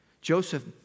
Joseph